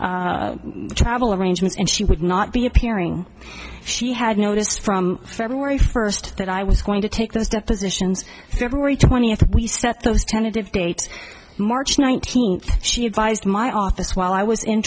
travel arrangements and she would not be appearing she had noticed from february first that i was going to take those depositions february twentieth we set those tentative date march nineteenth she advised my office while i was in